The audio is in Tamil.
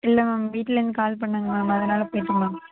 இல்லை மேம் வீட்டில் இருந்து கால் பண்ணிணாங்க மேம் அதனால போய்விட்டேன் மேம்